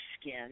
skin